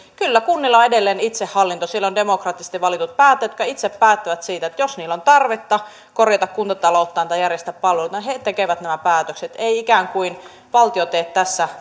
kyllä edelleen itsehallinto siellä on demokraattisesti valitut päättäjät jotka itse päättävät siitä jos siellä on tarvetta korjata kuntatalouttaan tai järjestää palvelut he tekevät nämä päätökset ei ikään kuin valtio tee tässä